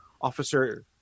officer –